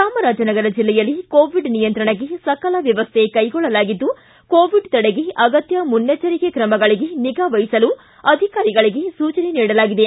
ಜಾಮರಾಜನಗರ ಜಿಲ್ಲೆಯಲ್ಲಿ ಕೋವಿಡ್ ನಿಯಂತ್ರಣಕ್ಕೆ ಸಕಲ ವ್ಯವಸ್ಥೆ ಕೈಗೊಳ್ಳಲಾಗಿದ್ದು ಕೋವಿಡ್ ತಡೆಗೆ ಅಗತ್ಯ ಮುನ್ನೆಚ್ಚರಿಕೆ ಕ್ರಮಗಳಿಗೆ ನಿಗಾ ವಹಿಸಲು ಅಧಿಕಾರಿಗಳಿಗೆ ಸೂಚನೆ ನೀಡಲಾಗಿದೆ